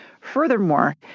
Furthermore